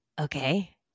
Okay